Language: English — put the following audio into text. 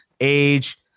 age